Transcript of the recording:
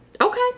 Okay